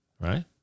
right